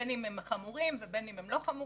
בין אם הם חמורים ובין אם הם לא חמורים,